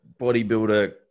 bodybuilder